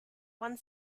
one